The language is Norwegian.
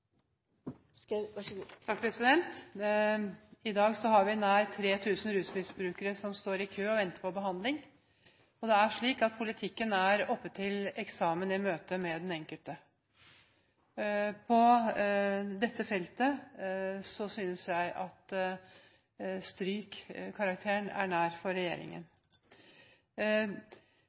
I dag har vi nær 3 000 rusmisbrukere som står i kø og venter på behandling. Og det er slik at politikken er oppe til eksamen i møte med den enkelte. På dette feltet synes jeg at strykkarakteren er nær for regjeringen.